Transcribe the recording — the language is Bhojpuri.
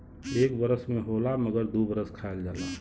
एक बरस में होला मगर दू बरस खायल जाला